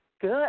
good